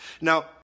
Now